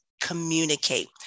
communicate